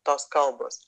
tos kalbos